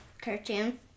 cartoon